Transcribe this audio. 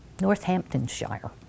Northamptonshire